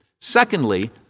Secondly